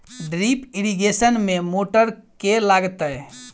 Drip irrigation मे motor केँ लागतै?